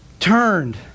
turned